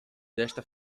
desta